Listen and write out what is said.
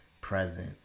present